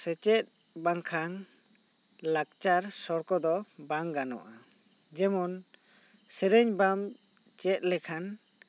ᱥᱮᱪᱮᱫ ᱵᱟᱝᱠᱷᱟᱱ ᱞᱟᱠᱪᱟᱨ ᱥᱚᱲᱠᱚ ᱫᱚ ᱵᱟᱝ ᱜᱟᱱᱚᱜᱼᱟ ᱡᱮᱢᱱᱱ ᱥᱮᱨᱮᱧ ᱵᱟᱢ ᱪᱮᱫ ᱞᱮᱠᱷᱟᱱ